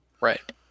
right